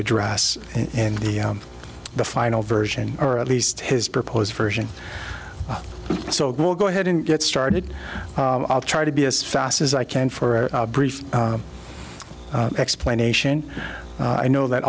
address and the the final version or at least his proposed version so we'll go ahead and get started i'll try to be as fast as i can for brief explanation i know that